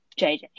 JJ